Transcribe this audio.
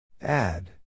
Add